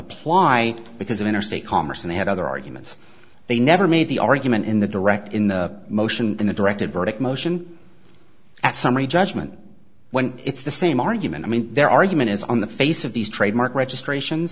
apply because of interstate commerce and they had other arguments they never made the argument in the direct in the motion in the directed verdict motion at summary judgment when it's the same argument i mean their argument is on the face of these trademark registration